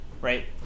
Right